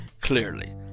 clearly